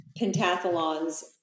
pentathlons